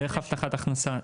דרך הבטחת הכנסה.